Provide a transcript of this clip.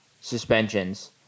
suspensions